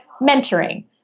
mentoring